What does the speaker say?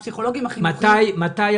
אבל אני לא רוצה לעשות דיון שבו יאמרו: אנחנו לא